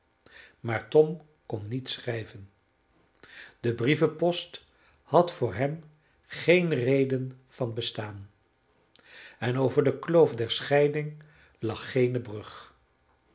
maar tom kon niet schrijven de brievenpost had voor hem geen reden van bestaan en over de kloof der scheiding lag geene brug